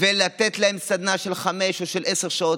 ולתת להם סדנה של חמש או של עשר שעות,